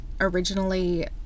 originally